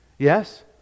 Yes